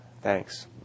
Thanks